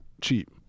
cheap